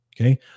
Okay